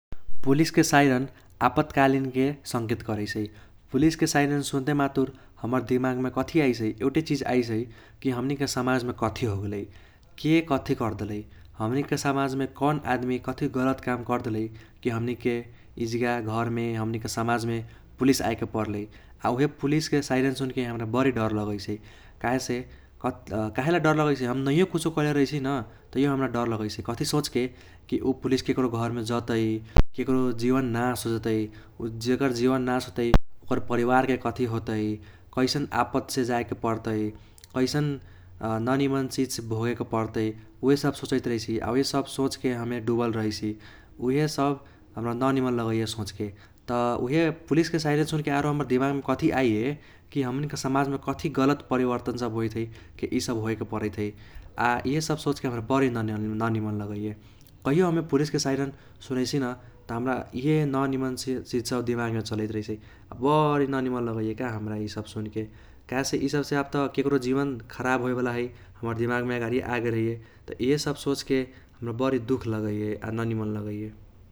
पुलिसके साईरन आपतकालीनके संकेत करैसै। पुलिसके साईरन सुन्ते मातुर हमर दिमागमे कथी आइसै की एउटै चीज आइसै की हमनिके समाजमे कथी होगेलै। के कथी करदेलै, हमनिके समजमे कोन आदमी कथी गलत काम करदेलै की हमनिके ईजगा घरमे, हमनिके समाजमे पुलिस आईके पर्लै। आ उहे पुलिसके साईरन सुन्के हम्रा बडी दर लगैसै, काहेसे काहेले डर लगैसै हम नैयो कुछो करने रहैसीई न तैहो हम्रा डर लगैसै कथी सोचके की ऊ पुलिस केक्रो घरमे जतै, केक्रो जीवन नाश होजतै। ऊ जेकर जीवन नाश होतै, ओकर परिवारके कथी होतै, कैसन आपतसे जाईके परतै, कैसन ननिमन चीज भोगेके परतै उहे सब सोचैत रहैसी आ उहे सब सोचके हमे डुबल रहैसी। उहे सब हम्रा ननिमन लगैये सोचेके, त उहे पुलिसके साईरन सुनेको आरो हम्रा दिमागमे कथी आईये की हमनिके समाजमे कथी गलत परिवर्तन सब होईथ है की यि सब होइके परैत है। आ इहे सब सोचके हम्रा बडी ननिमन लगैये। कैहो हमे पुलिसके साईरन सुनैसि न त हम्रा इहे ननिमन चीज सब दिमागमे चलैत रहैसै। बरी ननिमन लगैये का हम्रा यी सब सुनके काहेसे यि सबसे अब त केक्रो जीवन खराब होईवाला है, हमार दिमागमे आगारिये आगेल रहैये । त इहे सब सोचके हम्रा बरी दुख लगैये आ ननिमन लगैये।